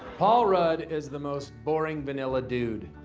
paul rudd is the most boring. vanilla dude.